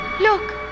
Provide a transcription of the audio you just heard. Look